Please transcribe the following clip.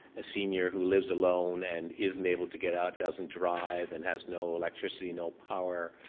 a senior who lives alone and isn't able to get out, doesn't drive and has no electricity, no power,